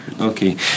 Okay